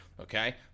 Okay